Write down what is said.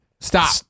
Stop